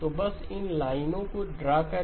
तो बस इन लाइनों को ड्रा करें